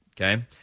Okay